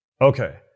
Okay